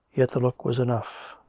yet the look was enough.